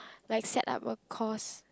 like set up a cause